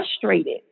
frustrated